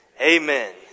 Amen